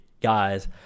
guys